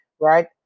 right